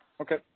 okay